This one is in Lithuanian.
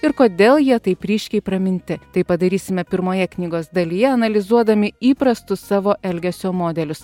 ir kodėl jie taip ryškiai praminti tai padarysime pirmoje knygos dalyje analizuodami įprastus savo elgesio modelius